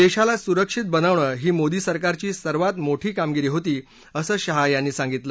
देशाला सुरक्षित बनवणं ही मोदी सरकारची सर्वात मोठी कामगिरी होती असं शाह यांनी सांगितलं